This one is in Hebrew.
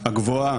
הגבוהה,